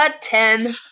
ten